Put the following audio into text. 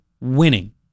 winning